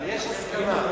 יש הסכמה.